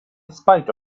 spite